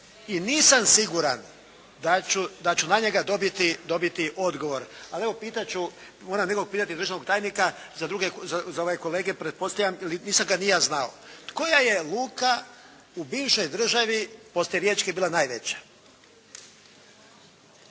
i nisam siguran da ću na njega dobiti odgovor. Ali evo, pitat ću, moram nekog pitati, državnog tajnika, za ove kolege pretpostavljam ili nisam ga ni ja znao. Koja je luka u bivšoj državi poslije riječke bila najveća?